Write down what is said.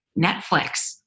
Netflix